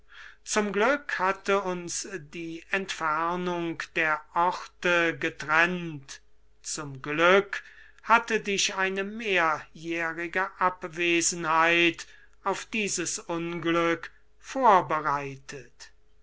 zum glück hatte uns die entfernung der orte getrennt zum glück hatte dich eine mehrjährige abwesenheit auf dieses unglück vorbereitet